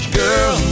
girl